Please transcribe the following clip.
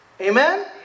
Amen